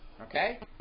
Okay